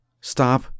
stop